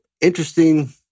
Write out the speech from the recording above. interesting